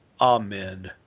Amen